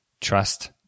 trust